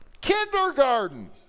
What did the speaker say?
Kindergarten